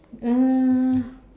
uh